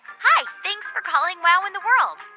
hi. thanks for calling wow in the world.